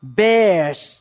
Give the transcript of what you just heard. bears